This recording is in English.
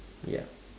ya